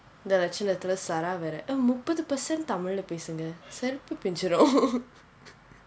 இந்த லட்சணத்திலே:intha latchanathile sara வேற முப்பது:vera mooppathu percent தமிழை பேசுங்க செருப்பு பிஞ்சிரும்:tamilai pesunga seruppu pinjirum